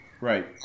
Right